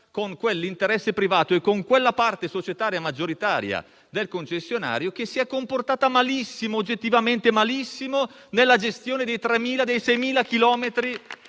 a quell'interesse privato e a quella parte societaria maggioritaria del concessionario che si è comportata oggettivamente malissimo nella gestione dei 6.000 chilometri